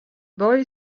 boy